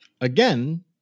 again